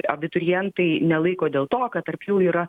abiturientai nelaiko dėl to kad tarp jų yra